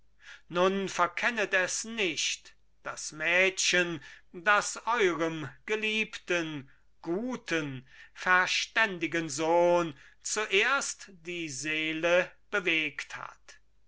nun verkennet es nicht das mädchen das eurem geliebten guten verständigen sohn zuerst die seele bewegt hat